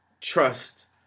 trust